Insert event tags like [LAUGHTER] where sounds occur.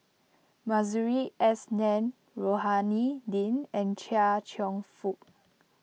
Masuri S [UNINTELLIGIBLE] Rohani Din and Chia Cheong Fook